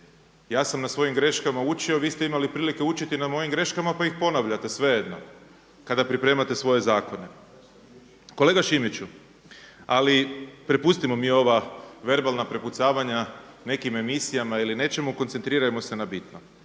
ja sam na svojim greškama učio. Vi ste imali prilike učiti na mojim greškama pa ih ponavljate svejedno kada pripremate svoje zakone. Kolega Šimiću, ali prepustimo mi ova verbalna prepucavanja nekim emisijama ili nečemu, koncentrirajmo se na bitno.